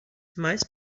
meist